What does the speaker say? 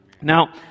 Now